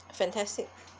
fantastic